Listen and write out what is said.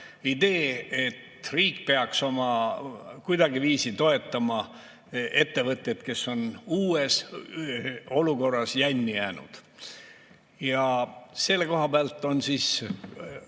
idee, et riik peaks kuidagiviisi toetama ettevõtjaid, kes on uues olukorras jänni jäänud. Ja selle koha pealt on küsimus